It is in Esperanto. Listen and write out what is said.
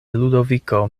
ludoviko